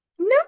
no